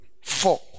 four